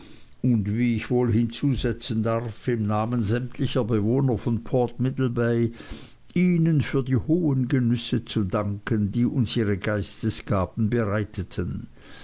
und wie ich wohl hinzusetzen darf im namen sämtlicher bewohner von port middlebay ihnen für die hohen genüsse zu danken die uns ihre geistesgaben bereiteten